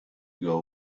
ago